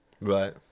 Right